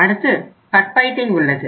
அடுத்து ஃபர்ஃபைட்டிங் உள்ளது